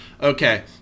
okay